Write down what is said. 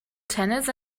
tennis